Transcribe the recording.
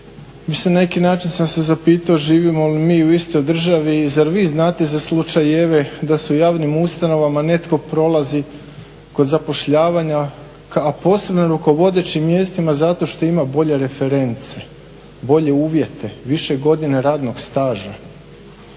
Mislim na neki način sam se zapitao živimo li mi u istoj državi i zar vi znate za slučajeve da u javnim ustanovama netko prolazi kod zapošljavanja, a posebno na rukovodećim mjestima zato što ima bolje reference, bolje uvjete, više godina radnog staža.